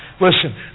Listen